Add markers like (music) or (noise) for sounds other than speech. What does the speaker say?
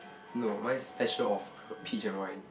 (breath) no mine is special offer peach and wine